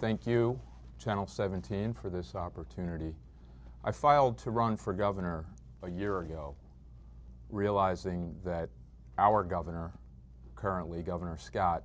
thank you general seventeen for this opportunity i filed to run for governor a year ago realizing that our governor currently governor scott